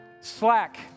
slack